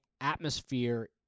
atmosphere